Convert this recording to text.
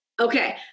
Okay